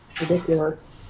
ridiculous